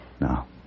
Now